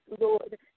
Lord